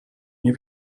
nie